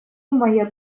моя